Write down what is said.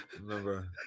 remember